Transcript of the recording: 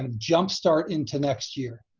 ah jumpstart into next year,